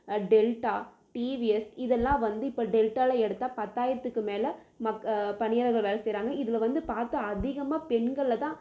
delta TVS இதெல்லாம் வந்து இப்போ டெல்டாவில் எடுத்தால் பத்தாயிரத்துக்கு மேல் மக் பணியாளர்கள் வேலை செய்கிறாங்க இதில் வந்து பார்த்தா அதிகமாக பெண்களை தான்